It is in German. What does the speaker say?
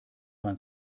mein